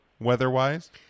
weather-wise